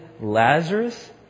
Lazarus